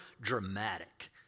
dramatic